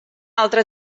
altra